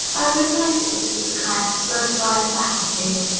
i realized that this was a kind of slow-fire battle-field,